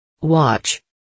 Watch